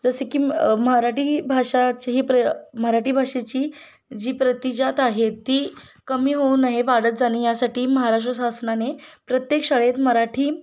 जसे की मराठी भाषाची ही प्र मराठी भाषेची जी प्रतिजात आहे ती कमी होऊ नये वाढत जाणे यासाठी महाराष्ट्र शासनाने प्रत्येक शाळेत मराठी